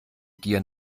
gier